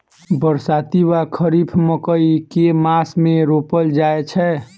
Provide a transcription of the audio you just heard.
बरसाती वा खरीफ मकई केँ मास मे रोपल जाय छैय?